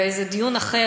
וזה דיון אחר,